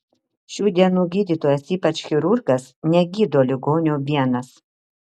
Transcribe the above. šių dienų gydytojas ypač chirurgas negydo ligonio vienas